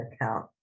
account